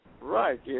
Right